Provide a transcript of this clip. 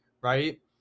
right